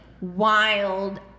wild